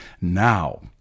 Now